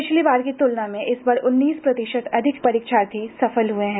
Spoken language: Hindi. पिछली बार की तुलना में इस बार उन्नीस प्रतिशत अधिक परीक्षार्थी सफल हुए हैं